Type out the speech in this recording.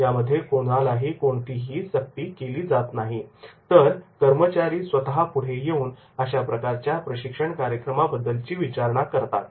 यामध्ये कोणालाही सक्ती केली जात नाही तर कर्मचारी स्वतः पुढे येउन अशा प्रकारच्या प्रशिक्षण कार्यक्रमाबद्दलची विचारणा करतात